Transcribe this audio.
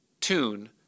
tune